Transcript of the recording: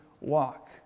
walk